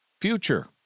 future